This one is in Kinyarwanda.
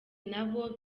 nabo